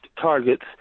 Targets